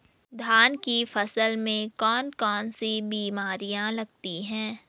धान की फसल में कौन कौन सी बीमारियां लगती हैं?